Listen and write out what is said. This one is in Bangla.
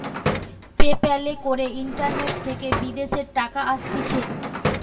পে প্যালে করে ইন্টারনেট থেকে বিদেশের টাকা আসতিছে